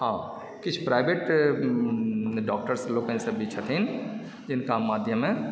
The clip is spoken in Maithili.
हँ किछु प्राइवेट डॉक्टर्स लोकनि सभ जे छथिन जिनका माध्यमे